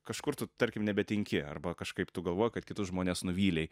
kažkur tu tarkim nebetinki arba kažkaip tu galvoji kad kitus žmones nuvylei